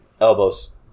Elbows